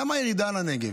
למה ירידה לנגב?